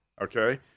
Okay